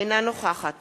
אינה נוכחת